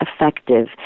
effective